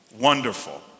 wonderful